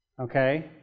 Okay